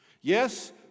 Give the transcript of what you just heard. Yes